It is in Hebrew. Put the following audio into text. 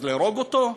אז להרוג אותו?